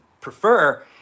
prefer